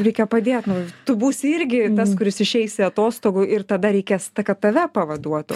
reikia padėt nu tu būsi irgi tas kuris išeisi atostogų ir tada reikės kad tave pavaduotų